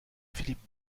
philippe